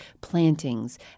plantings